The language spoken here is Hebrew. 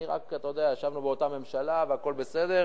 אני רק, אתה יודע, ישבנו באותה ממשלה, והכול בסדר,